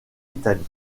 italie